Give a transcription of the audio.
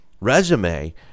resume